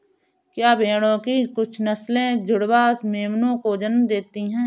क्या भेड़ों की कुछ नस्लें जुड़वा मेमनों को जन्म देती हैं?